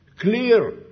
Clear